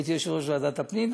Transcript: הייתי יושב-ראש ועדת הפנים,